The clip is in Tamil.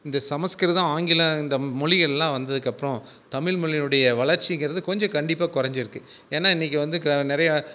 இந்த சமஸ்கிருதம் ஆங்கிலம் இந்த மொழிகள்லாம் வந்ததுக்கு அப்புறம் தமிழ் மொழியோட வளர்ச்சிங்குறது கொஞ்சம் கண்டிப்பாக குறஞ்சிருக்கு ஏன்னா இன்றைக்கு வந்து நிறையா